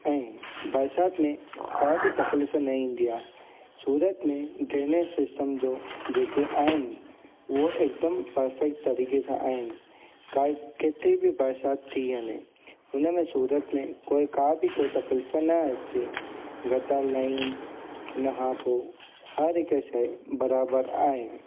ऐं बरसाति में का बि तकलीफ़ न ईंदी आहे सूरत में ड्रेनर सिस्टम जो जेके आहिनि उहो हिकुदमि परफ़ेक्ट तरीक़े सां आहिनि काई केतिरी बि बरसाति थी वञे हुन में सूरत में कोई का बि तकलीफ़ न अचे गतल आहिनि हुन खां पोइ हर हिकु शइ बराबरि आहिनि